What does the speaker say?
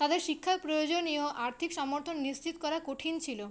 তাদের শিক্ষার প্রয়োজনীয় আর্থিক সমর্থন নিশ্চিত করা কঠিন ছিল